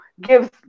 gives